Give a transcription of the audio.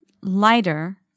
Lighter